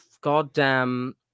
goddamn